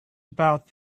about